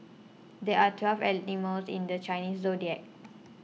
there are twelve animals in the Chinese zodiac